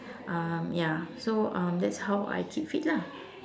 um ya so um that's how I keep fit lah